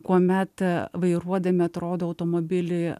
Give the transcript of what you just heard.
kuomet vairuodami atrodo automobilį